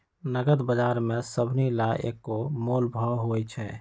नगद बजार में सभनि ला एक्के मोलभाव होई छई